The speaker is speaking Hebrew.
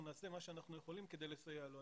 נעשה מה שאנחנו יכולים כדי לסייע לו.